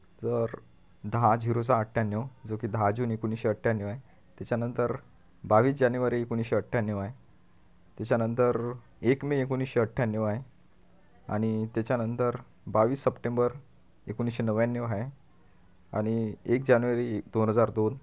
तर दहा झिरो सहा अठ्ठ्याण्णव जो की दहा जून एकोणिसशे अठ्ठ्याण्णव आहे त्याच्यानंतर बावीस जानेवारी एकोणिसशे अठ्ठ्याण्णव आहे त्याच्यानंतर एक मे एकोणिसशे अठ्ठ्याण्णव आहे आणि त्याच्यानंतर बावीस सप्टेंबर एकोणिसशे नव्व्याण्णव आहे आणि एक जानेवारी दोन हजार दोन